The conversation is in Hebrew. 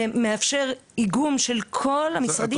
ומאפשר איגום של כל המשרדים.